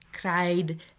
cried